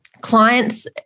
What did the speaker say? clients